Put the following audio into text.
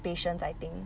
patients I think